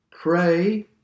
Pray